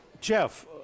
Jeff